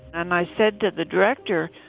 and i said to the director,